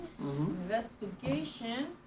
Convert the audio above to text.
investigation